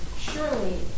surely